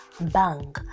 bang